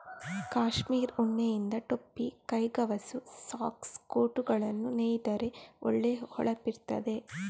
ಕಾಶ್ಮೀರ್ ಉಣ್ಣೆಯಿಂದ ಟೊಪ್ಪಿ, ಕೈಗವಸು, ಸಾಕ್ಸ್, ಕೋಟುಗಳನ್ನ ನೇಯ್ದರೆ ಒಳ್ಳೆ ಹೊಳಪಿರ್ತದೆ